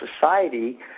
society